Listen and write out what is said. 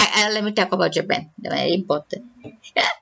I I let me talk about japan very important